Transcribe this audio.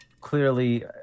clearly